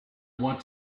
want